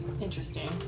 Interesting